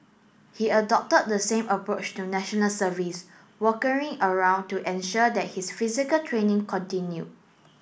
he adopted the same approach to National Service around to ensure that his physical training continued